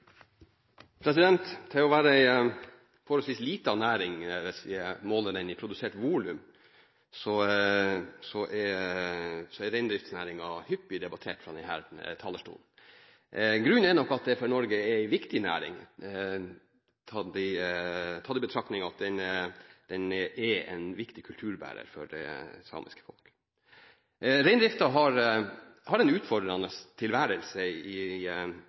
hyppig debattert fra denne talerstolen. Grunnen er nok at det er en viktig næring for Norge, tatt i betraktning at den er en viktig kulturbærer for det samiske folk. Reindriften har en utfordrende tilværelse i